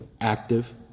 active